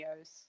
videos